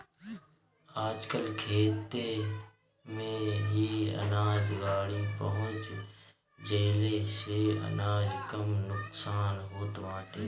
आजकल खेते में ही अनाज गाड़ी पहुँच जईले से अनाज कम नुकसान होत बाटे